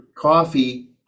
coffee